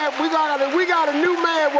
we gotta we gotta new man